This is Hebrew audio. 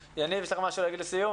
יניב שגיא, יש לך משהו להגיד לסיום?